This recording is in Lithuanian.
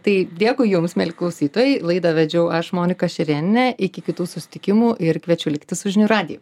tai dėkui jums mieli klausytojai laidą vedžiau aš monika šerėnienė iki kitų susitikimų ir kviečiu likti su žinių radiju